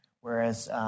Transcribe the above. Whereas –